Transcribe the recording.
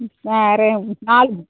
ஆ நாலு